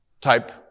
type